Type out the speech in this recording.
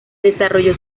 desarrolló